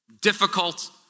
difficult